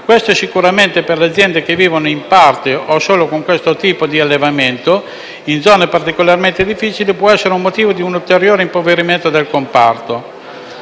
Ciò sicuramente, per le aziende che vivono in parte o solo con questo tipo di allevamento, in zone particolarmente difficili, può essere motivo di un ulteriore impoverimento del comparto.